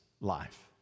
life